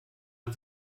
man